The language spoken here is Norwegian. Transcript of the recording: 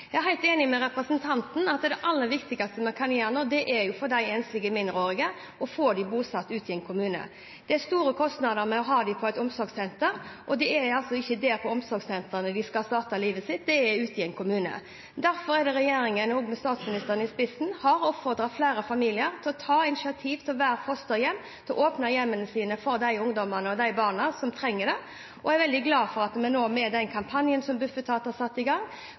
Jeg er helt enig med representanten i at det aller viktigste vi kan gjøre nå, er å få de enslige mindreårige bosatt ute i en kommune. Det er store kostnader ved å ha dem på et omsorgssenter, og det er ikke der på omsorgssentrene de skal starte livet sitt; det er ute i en kommune. Derfor har også regjeringen, med statsministeren i spissen, oppfordret flere familier til å ta initiativ til å være fosterhjem, til å åpne hjemmene sine for de ungdommene og de barna som trenger det. Og jeg er veldig glad for at vi nå – med den kampanjen som Bufetat har satt i gang,